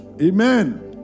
Amen